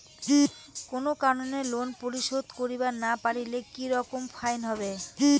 কোনো কারণে লোন পরিশোধ করিবার না পারিলে কি রকম ফাইন হবে?